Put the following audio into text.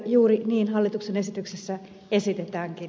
juuri niin hallituksen esityksessä esitetäänkin